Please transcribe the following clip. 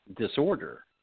disorder